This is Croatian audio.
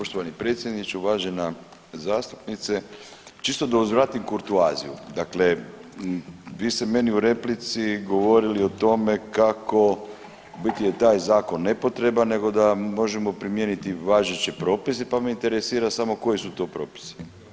Poštovani predsjedniče, uvažena zastupnice, čisto da uzvratim kurtoaziju, dakle vi ste meni u replici govorili o tome kako u biti je taj zakon nepotreban, nego da možemo primijeniti važeće propise pa me interesira samo koji su to propisi.